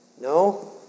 No